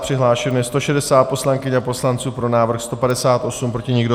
Přihlášeno je 160 poslankyň a poslanců, pro návrh 158, proti nikdo.